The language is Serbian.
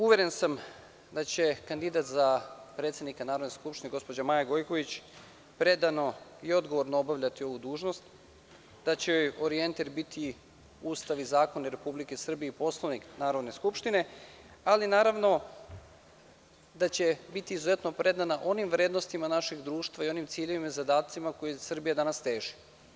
Uveren dam da će kandidat za predsednika Narodne skupštine, gospođa Maja Gojković, predano i odgovorno obavljati ovu dužnost, daće joj orijentir biti Ustav i zakoni Republike Srbije i Poslovnik Narodne skupštine, ali, naravno, da će biti izuzetno predana onim vrednostima našeg društva i onim ciljevima i zadacima kojima Srbija danas teži.